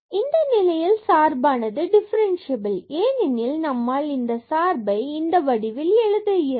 0⋅Δx0⋅ΔyΔxx32sin 1x ΔyΔy32cos 1y இந்த நிலையில் சார்பானது டிஃபரன்ஸ்சியபில் அது ஏனெனில் நம்மால் இந்த சார்பை இந்த வடிவில் எழுத இயலும்